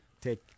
take